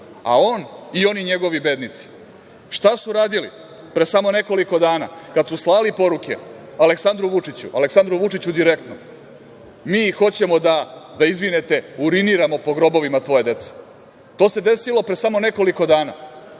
on i oni njegovi bednici, šta su radili pre samo nekoliko dana kada su slali poruke Aleksandru Vučiću, Aleksandru Vučiću direktno, mi hoćemo da izvinite da uriniramo po grobovima tvoje dece. To se desilo pre samo nekoliko dana.